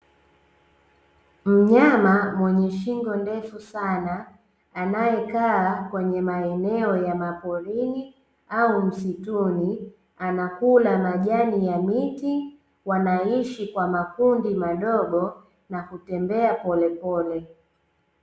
Mnyama mwenye shingo ndefu sana anayekaa kwenye maeneo ya maporini au msituni, anakula majani ya miti, wanaishi kwa makundi madogo na kutembea polepole .